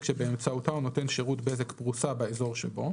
שבאמצעותה הוא נותן שירות בזק פרוסה באזור שבו".